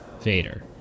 vader